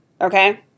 Okay